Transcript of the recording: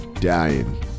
dying